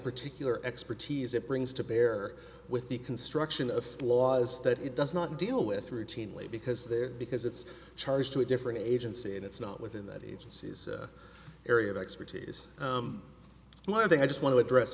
particular expertise it brings to bear with the construction of laws that it does not deal with routinely because they're because it's charged to a different agency and it's not within that agency's area of expertise and i think i just want to address